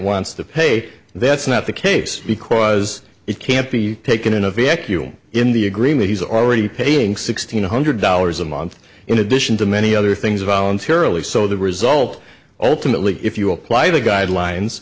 wants to pay that's not the case because it can't be taken in a vacuum in the agreement he's already paying sixteen hundred dollars a month in addition to many other things voluntarily so the result ultimately if you apply the guidelines